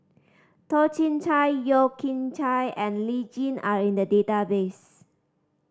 Toh Chin Chye Yeo Kian Chai and Lee Tjin are in the database